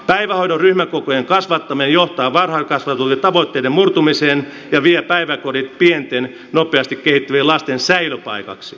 päivähoidon ryhmäkokojen kasvattaminen johtaa varhaiskasvatuksen tavoitteiden murtumiseen ja vie päiväkodit pienten nopeasti kehittyvien lasten säilöpaikaksi